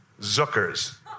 Zucker's